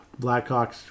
Blackhawks